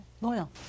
loyal